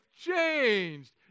changed